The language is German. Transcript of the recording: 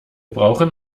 brauchen